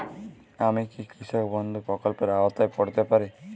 আমি কি কৃষক বন্ধু প্রকল্পের আওতায় পড়তে পারি?